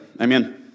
amen